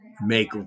make